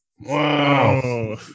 Wow